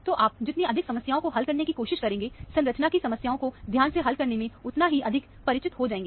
तो आप जितनी अधिक समस्याओं को हल करने की कोशिश करेंगे संरचना की समस्याओं को ध्यान से हल करने में उतना ही अधिक परिचित हो जाएंगे